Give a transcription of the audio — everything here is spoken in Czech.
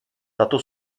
tato